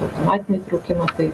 automatinį įtraukimą tai